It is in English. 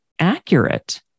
accurate